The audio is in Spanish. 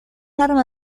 arma